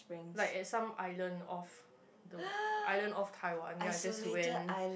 like at some island of the island of Taiwan then I just went